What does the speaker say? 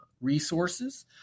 resources